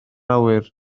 awyr